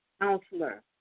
counselor